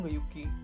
Yuki